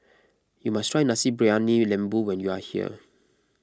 you must try Nasi Briyani Lembu when you are here